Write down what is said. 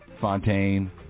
Fontaine